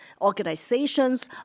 organizations